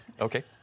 Okay